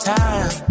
time